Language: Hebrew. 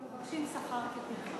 ומבקשים שכר כפנחס.